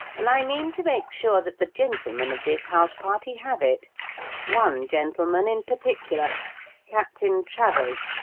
and i mean to make sure that the gentlemen of this house-party have it one gentleman in particular captain travers.